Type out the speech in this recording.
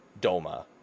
Doma